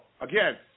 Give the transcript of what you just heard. again